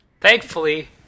Thankfully